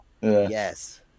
Yes